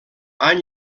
han